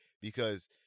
because-